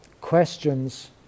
Questions